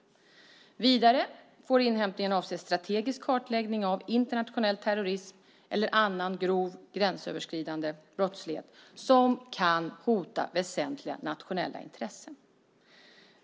Vidare får inhämtningen avse strategisk kartläggning av internationell terrorism eller annan grov gränsöverskridande brottslighet som kan hota väsentliga nationella intressen.